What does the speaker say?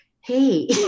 Hey